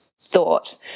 thought